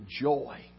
joy